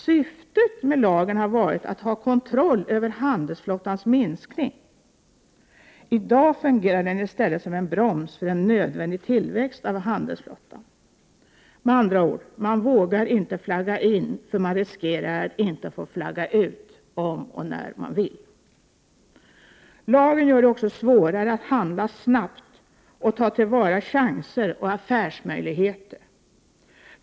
Syftet med lagen har varit att ha kontroll över handelsflottans minskning. I dag fungerar lagen i stället som en broms för en nödvändig tillväxt av handelsflottan. Med andra ord, man vågar inte flagga in, eftersom man riskerar att inte få flagga ut om och när man vill. Lagen gör det också svårare att handla snabbt och ta till vara chanser och affärsmöjligheter.